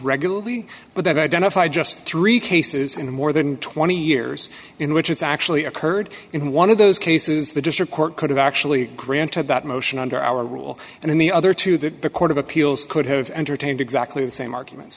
regularly but that identified just three cases in more than twenty years in which it's actually occurred in one of those cases the district court could have actually granted that motion under our rule and in the other two that the court of appeals could have entertained exactly the same arguments